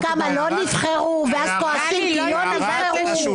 כמה לא נבחרו, ואז כועסים שלא נבחרו...